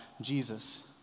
Jesus